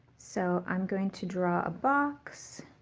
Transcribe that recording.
so i'm going to draw a box